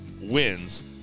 wins